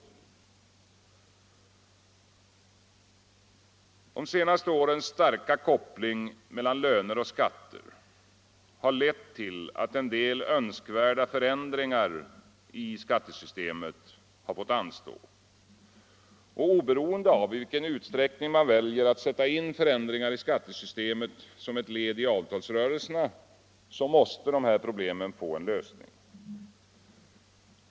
De senaste årens starka koppling mellan löner och skatter har lett till att en del önskvärda förändringar i skattesystemet har fått anstå. Obe roende av i vilken utsträckning man väljer att sätta in förändringar i skattesystemet som ett led i avtalsrörelserna måste dessa problem nu få en lösning.